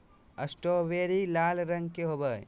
strawberry लाल रंग के होव हई